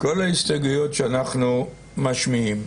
כל ההסתייגויות שאנחנו משמיעים.